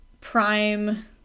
Prime